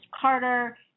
Carter